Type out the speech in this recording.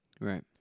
Right